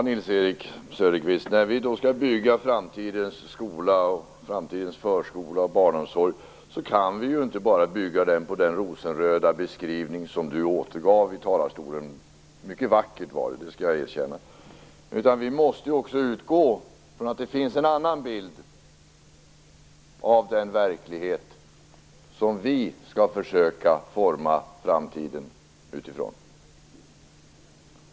Herr talman! När vi då skall bygga framtidens skola, förskola och barnomsorg kan vi inte bara bygga dem på den rosenröda beskrivning som Nils-Erik Söderqvist gav i talarstolen. Jag skall erkänna att det var mycket vackert. Men vi måste ju också utgå från att det finns en annan bild av den verklighet som vi skall försöka forma framtiden utifrån.